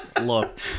Look